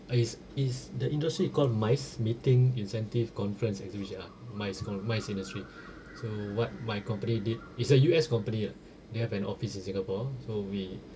is is the industry you call MICE meeting incentive conference exhibition ah MICE call MICE industry so what my company did is a U_S company ah they have an office in singapore so we